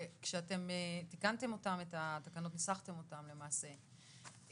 וכשאתם תיקנתם את התקנות, ניסחתם אותן למעשה,